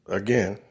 again